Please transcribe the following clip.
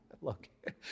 look